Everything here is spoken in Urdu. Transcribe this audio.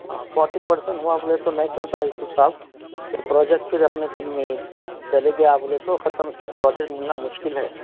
ہاں فوٹی پرسینٹ ہُوا بولے تو نہیں چلتا یوسف صاحب یہ پروجیکٹ پھر اپنے کو بھی نہیں چلے گیا بولے تو ختم اُس کے بعد پروجیکٹ مِلنا مشکل ہے